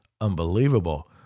unbelievable